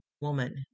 woman